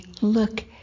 Look